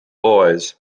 boys